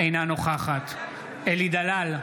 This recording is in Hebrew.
אינה נוכחת אלי דלל,